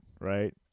right